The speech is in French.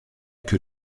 que